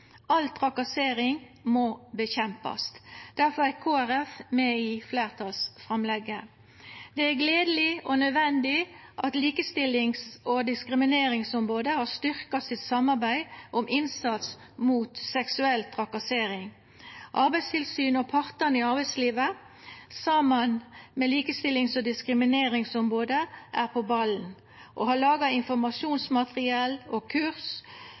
All trakassering må kjempast mot. Derfor er Kristeleg Folkeparti med i fleirtalsframlegget. Det er gledeleg og nødvendig at Likestillings- og diskrimineringsombodet har styrkt samarbeidet sitt om innsats mot seksuell trakassering. Arbeidstilsynet og partane i arbeidslivet, saman med Likestillings- og diskrimineringsombodet, er på ballen og har laga informasjonsmateriell og kurs